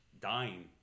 dying